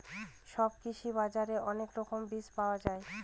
সব কৃষি বাজারে অনেক রকমের বীজ পাওয়া যায়